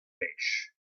flesh